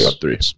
three